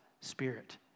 spirit